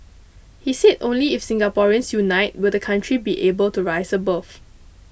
he said only if Singaporeans unite will the country be able to rise above